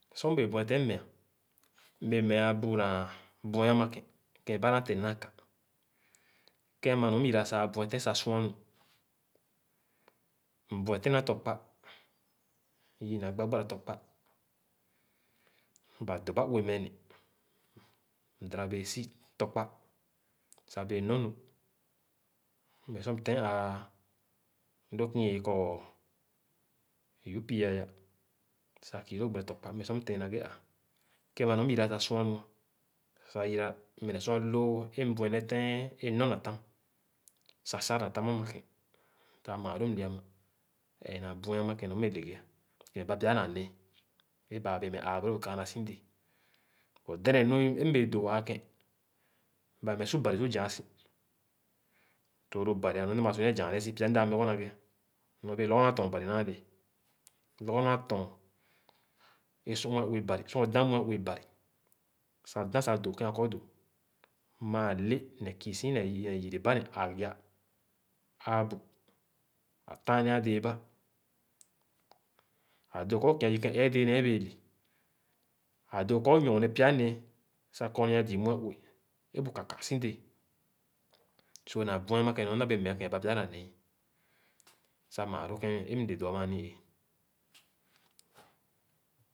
Sor mbẽẽ bhe-ten mea, Sor mbẽẽ bhe-ten mea, mbẽẽ me-a bu na bueh ãmã kẽ kẽẽ ba na tẽh ne na ka. Kẽ ama nɔr myira sah bue-tẽm sah suanu. Mbue tẽm na tɔkpa, myii na gba gbara tɔkpa, ba doba ue meh ne. Mdana bee si tɔkpa sah bẽẽ nɔrnu mme sor mtẽẽn ãã lõõ kẽn i bee kɔr upe ã ya sah kii loo gbene tɔkpa sah mme sor mtẽẽn na ghe ãã. Kẽ ãmã nɔm yira sah sua-nu ã, sah yira mme sor aluu é mbue-neten a nɔr na tam, sah sàh na tam ama kẽ soh maa loo mle ãmã. Ẽẽ na bueh aa ke nɔr mbẽẽ leahe é, kẽẽba pya na nẽẽ é bãã bẽẽ meh ãã-boro bu kããnà si dẽẽ But dedeenu é mbẽẽ alõõ aa kẽn, ba bẽẽ meh su bari su zaa si. So lo bari ẽẽ mda maa su zaa ne si pya mdaa muogɔn na ghe nɔr bẽẽ lɔgɔ nu ã tɔɔn bari wããle, lɔgɔ nu ã tɔɔn é sor mue-ue bari sor õ dã mue ue bari, sah dá sah dõõ kẽ akɔdoo, maale ne kiisi, ne yereba ne ãgee aa bu, tããnea dee-ba ã dõõ kɔr kia yii kẽ ẽẽdẽẽ nee bẽẽ le, a dõõ kɔr õ nyorne pya nẽẽ sah kɔnea zii mue-ue é bu kaka si dẽẽ. So na bueh ama je nɔr mda bẽẽ mea ke ba pya na nẽẽ ã sah mãã lo kẽ é mle dõõ ãmã ã ni-èè ə̃